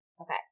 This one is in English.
Okay